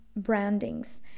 brandings